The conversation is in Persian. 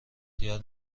خیال